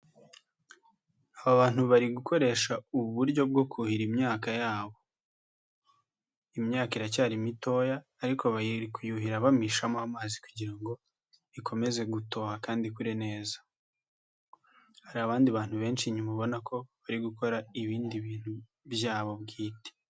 Abantu bari gukoresha uburyo kuhira imyaka yabo, imyaka iracyari mitoya ariko bari kuyuhira bamishamo amazi kugira ngo ikomeze gutoha kandi ikure neza, hari abandi bantu benshi inyuma ubona ko bari gukora ibindi bintu byabo bwite.